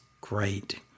Great